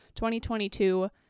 2022